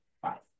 Five